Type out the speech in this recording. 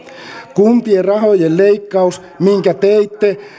kuntien rahojen leikkaus minkä teitte